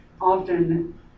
often